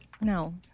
No